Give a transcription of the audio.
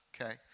Okay